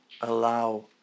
allow